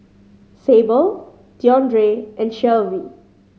Sable Deondre and Shelvie